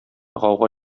гауга